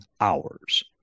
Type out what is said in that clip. hours